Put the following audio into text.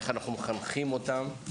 איך אנחנו מחנכים אותם.